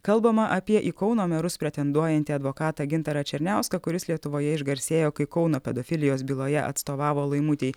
kalbama apie į kauno merus pretenduojantį advokatą gintarą černiauską kuris lietuvoje išgarsėjo kai kauno pedofilijos byloje atstovavo laimutei